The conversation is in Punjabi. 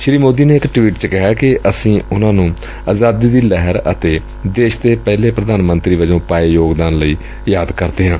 ਸ੍ਰੀ ਮੋਦੀ ਨੇ ਇਕ ਟਵੀਟ ਚ ਕਿਹੈ ਕਿ ਅਸੀਂ ਉਨੂਾਂ ਨੂੰ ਆਜ਼ਾਦੀ ਦੀ ਲਹਿਰ ਅਤੇ ਦੇਸ਼ ਦੇ ਪਹਿਲੇ ਪ੍ਧਾਨ ਮੰਤਰੀ ਵਜੋਂ ਪਾਏ ਯੋਗਦਾਨ ਲਈ ਯਾਦ ਕਰਦੇ ਹਾਂ